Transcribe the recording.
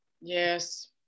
Yes